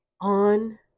on